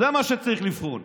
זה מה שצריך לבחון.